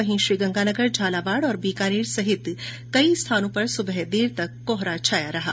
वहीं श्रीगंगानगर झालावाड़ और बीकानेर सहित कई स्थानों सुबह देर तक कोहरा छाया रहा